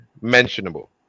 mentionable